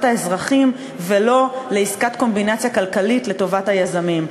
האזרחים ולא לעסקת קומבינציה כלכלית לטובת היזמים.